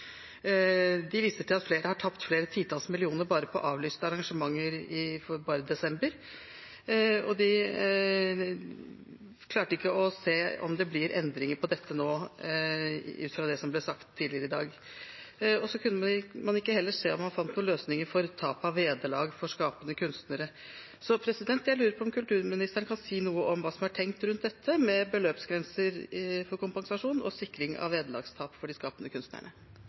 De viser til at flere har tapt flere titalls millioner kroner på avlyste arrangementer bare for desember, og de klarte ikke å se om det ville bli endringer i dette nå, ut fra det som ble sagt tidligere i dag. Man kunne heller ikke se om man fant noen løsninger for tap av vederlag for skapende kunstnere. Jeg lurer på om kulturministeren kan si noe om hva som er tenkt rundt dette med beløpsgrenser for kompensasjon og sikring av vederlagstap for de skapende kunstnerne?